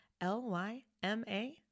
L-Y-M-A